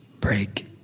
break